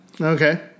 Okay